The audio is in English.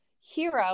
Hero